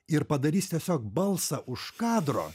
ir padarys tiesiog balsą už kadro